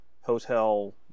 hotel